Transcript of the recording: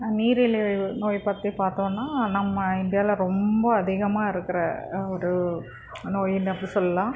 நீரிழிவு நோய் பத்தி பார்த்தோன்னா நம்ம இந்தியாவில் ரொம்ப அதிகமாக இருக்கிற ஒரு நோய்ன்னு அப்படி சொல்லெலாம்